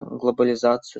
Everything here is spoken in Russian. глобализацию